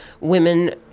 Women